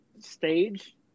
stage